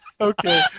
Okay